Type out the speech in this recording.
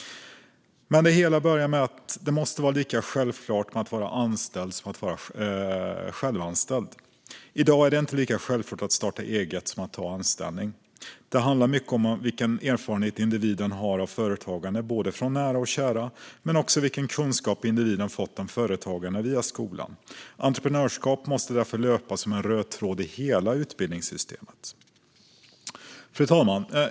Men det hela börjar med att det måste vara lika självklart att vara självanställd som att vara anställd. I dag är det inte lika självklart att starta eget som att ta anställning. Det handlar mycket om vilken erfarenhet individen har av företagande från nära och kära, men också om vilken kunskap individen fått om företagande via skolan. Entreprenörskap måste därför löpa som en röd tråd genom hela utbildningssystemet.